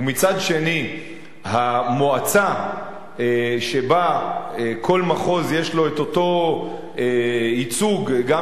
ומצד שני המועצה שבה לכל מחוז יש אותו ייצוג גם